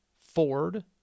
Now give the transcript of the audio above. Ford